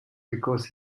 because